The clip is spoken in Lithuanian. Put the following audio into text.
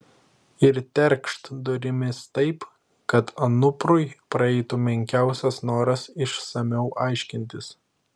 ir terkšt durimis taip kad anuprui praeitų menkiausias noras išsamiau aiškintis